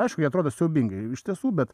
aišku atrodo siaubingai iš tiesų bet